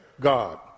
God